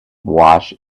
wash